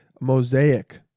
Mosaic